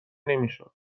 نمیشد